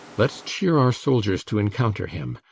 let's cheer our soldiers to encounter him,